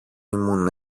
ήμουν